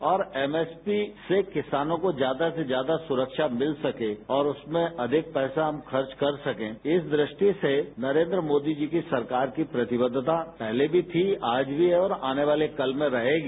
और एमएसपी से किसानों को ज्यादा से ज्यादा सुरक्षा मिल सके और उसमें अधिक पैसा हम खर्च कर सकें इस दृष्टि से नरेंद्र मोदी जी की सरकार की प्रतिबद्धता पहले भी थी आज भी है और आने वाले कल में रहेगी